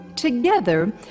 Together